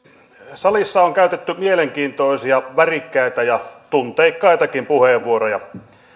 salissa on käytetty mielenkiintoisia värikkäitä ja tunteikkaitakin puheenvuoroja